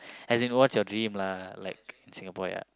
as in what's your dream lah like Singapore ya